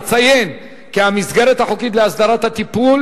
אציין כי המסגרת החוקית להסדרת הטיפול